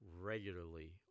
regularly